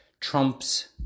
Trump's